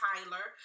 Tyler